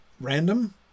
random